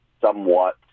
somewhat